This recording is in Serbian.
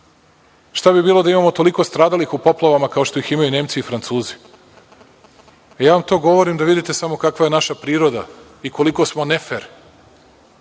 Šta bi bilo da imamo toliko stradalih u poplavama kao što ih imaju Nemci i Francuzi? Ja vam to govorim da vidite samo kakva je naša priroda i koliko smo nefer